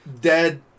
dead